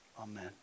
Amen